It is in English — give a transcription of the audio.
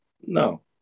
No